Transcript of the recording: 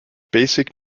basic